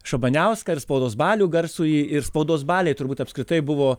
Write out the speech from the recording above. šabaniauską ir spaudos balių garsųjį ir spaudos baliai turbūt apskritai buvo